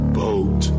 boat